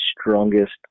strongest